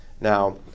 Now